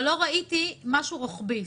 לא ראיתי משהו רוחבי.